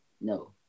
No